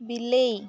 ବିଲେଇ